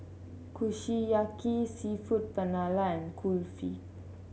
Kushiyaki seafood Paella and Kulfi